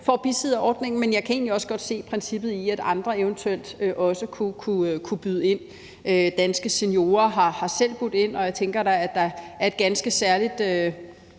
får bisidderordningen, men jeg kan egentlig også godt se princippet i, at andre eventuelt også kunne byde ind. Danske Seniorer har selv budt ind, og jeg tænker da, at der er et ganske særligt